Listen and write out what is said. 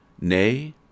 Nay